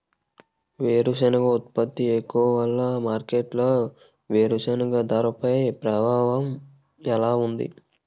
వేరుసెనగ ఉత్పత్తి తక్కువ వలన మార్కెట్లో వేరుసెనగ ధరపై ప్రభావం ఎలా ఉంటుంది?